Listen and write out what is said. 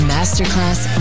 Masterclass